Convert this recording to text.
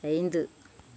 ஐந்து